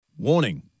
Warning